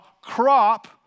crop